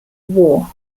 war